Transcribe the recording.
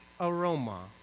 aroma